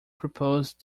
proposed